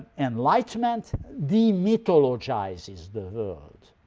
enlightenment demythologizes the world.